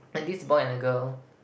like this boy and a girl